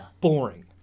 boring